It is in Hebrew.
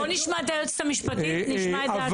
בוא נשמע את היועצת המשפטית לוועדה.